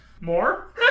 More